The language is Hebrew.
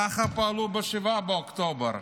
ככה פעלו ב-7 באוקטובר,